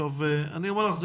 אני אומר לך,